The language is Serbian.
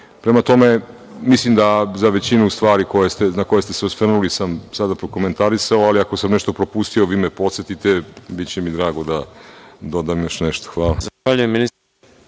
Prema tome, mislim da za većinu stvari na koje ste se osvrnuli sam sada prokomentarisao ali ako sam nešto propustio, vi me podsetite, biće mi drago da dodam još nešto. Hvala.